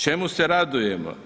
Čemu se radujemo?